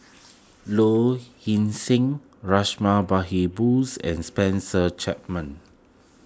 Low Ing Sing Behari Bose and Spencer Chapman